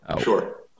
Sure